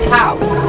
house